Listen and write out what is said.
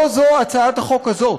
לא זו הצעת החוק הזאת.